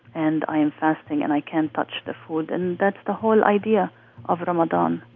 and i am fasting, and i can't touch the food. and that's the whole idea of ramadan,